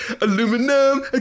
aluminum